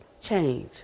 change